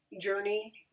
journey